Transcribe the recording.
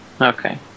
Okay